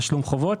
תשלום חובות,